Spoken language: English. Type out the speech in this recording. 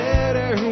better